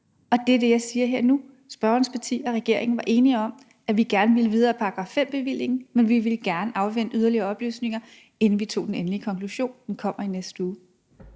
Og det er det, jeg siger her: Spørgerens parti og regeringen var enige om, at vi gerne ville gå videre med § 5-bevillingen, men at vi gerne ville afvente yderligere oplysninger, inden vi drog den endelige konklusion. Den kommer i næste uge.